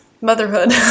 motherhood